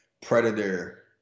Predator